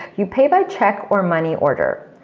you pay by check or money order.